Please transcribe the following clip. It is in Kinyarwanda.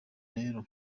rero